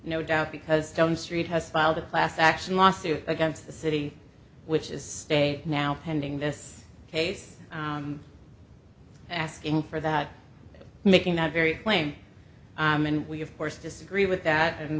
no doubt because don't street has filed a class action lawsuit against the city which is state now pending this case asking for that making that very claim and we of course disagree with that and